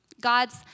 God's